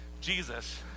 Jesus